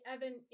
Evan